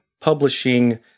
publishing